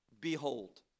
behold